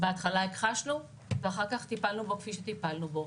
בהתחלה הכחשנו ואחר כך טיפלנו בו כפי שטיפלנו בו.